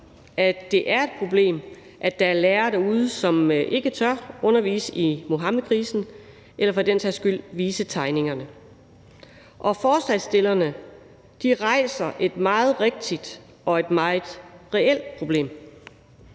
at det er et problem, at der er lærere derude, som ikke tør undervise i Muhammedkrisen eller for den sags skyld vise tegningerne. Forslagsstillerne rejser et meget rigtigt og et meget reelt problem,